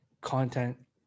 content